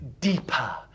deeper